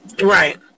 Right